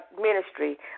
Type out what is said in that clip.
ministry